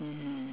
mmhmm